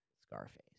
Scarface